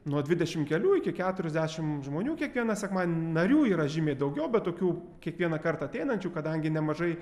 nuo dvidešim kelių iki keturiasdešim žmonių kiekvieną sekmadien narių yra žymiai daugiau bet tokių kiekvieną kartą ateinančių kadangi nemažai